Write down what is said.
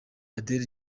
adele